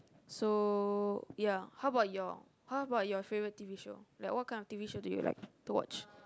so ya how about your how about your favourite t_v show like what kind of t_v show do you like to watch